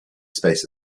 space